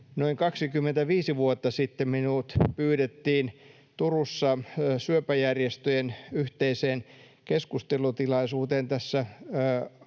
noin 25 vuotta sitten minut pyydettiin Turussa syöpäjärjestöjen yhteiseen keskustelutilaisuuteen tässä